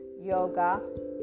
yoga